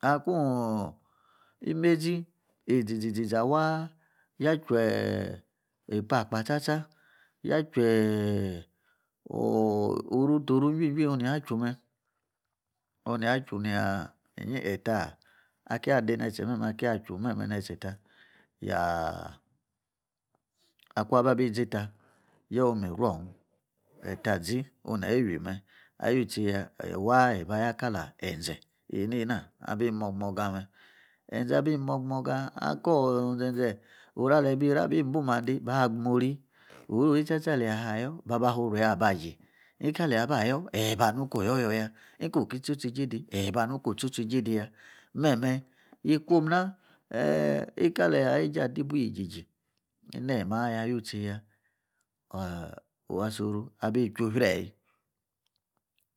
Akun imezi iziziziza waa’ yanchu ehl ikpakpa tsa-tsa, ya chu eh orotoro jisii, juil unw oria chu me onu nig chu me onia chu etar akía de netse meme akia chu meme ne tse ta ya, akun abi zie ta yayom iruan ayi ta zi onw nayi wi me'. Ayu tse ya ayi waa' ye ba ayia kazi enze enema abi moga, moga. Enzer abi moga, moga als m zenze otu ale wabi ti abu ibun mande gba gbumuri orori tse tsa qli ayor iruii-abaji nikali ya ba yor ya niko oyor yor ya, ayi ba niko tsotso eijie de ya meme yikwum nach! ikali ya weijie adi ibuii ejeji ineme ciya yutsei ya, ooh! asord itchufrii